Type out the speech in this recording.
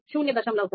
3 0